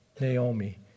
Naomi